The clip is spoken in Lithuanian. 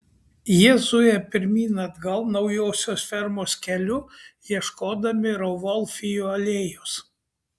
jie zuja pirmyn atgal naujosios fermos keliu ieškodami rauvolfijų alėjos